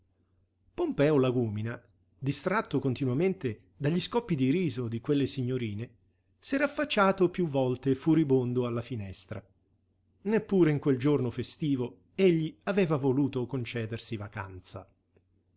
pompeo lagúmina distratto continuamente dagli scoppi di riso di quelle signorine s'era affacciato piú volte furibondo alla finestra neppure in quel giorno festivo egli aveva voluto concedersi vacanza